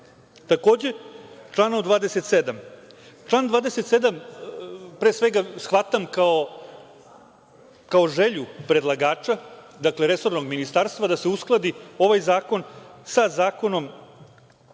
budžetu. Član 27. Član 27, pre svega shvatam kao želju predlagača, dakle resornog ministarstva da se uskladi ovaj zakon sa Zakonom